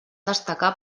destacar